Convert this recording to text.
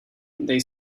they